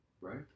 right